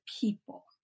people